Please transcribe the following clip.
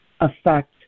affect